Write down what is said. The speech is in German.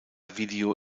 video